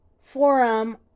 forum